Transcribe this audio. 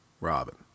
Robin